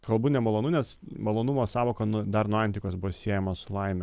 kalbu nemalonu nes malonumo sąvoka n dar nuo antikos buvo siejama su laime